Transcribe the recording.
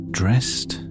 dressed